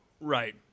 right